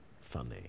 funny